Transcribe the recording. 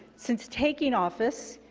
since taking office,